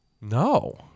No